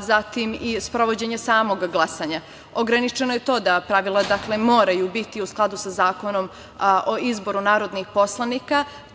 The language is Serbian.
zatim i sprovođenje samog glasanja. Ograničeno je to da pravila moraju biti određenim delom u skladu sa Zakonom o izboru narodnih poslanika,